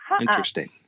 interesting